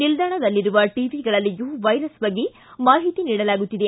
ನಿಲ್ದಾಣದಲ್ಲಿರುವ ಟವಿಗಳಲ್ಲಿಯೂ ವೈರಸ್ ಬಗ್ಗೆ ಮಾಹಿತಿ ನೀಡಲಾಗುತ್ತಿದೆ